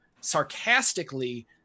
sarcastically